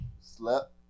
Slept